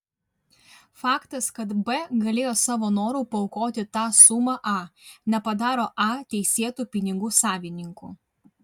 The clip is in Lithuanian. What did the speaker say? faktas kad b galėjo savo noru paaukoti tą sumą a nepadaro a teisėtu pinigų savininku